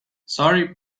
sorry